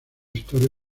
historia